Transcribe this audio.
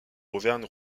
auvergne